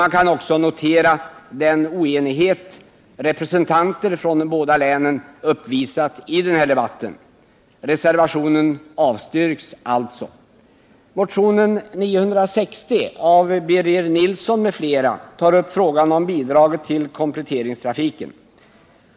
Man kan också notera den oenighet representanter för de båda länen uppvisar i denna debatt. Reservationen avstyrks alltså. I motionen 960 av Birger Nilsson m.fl. tas frågan om bidraget till kompletteringstrafiken upp.